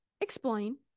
explain